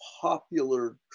popular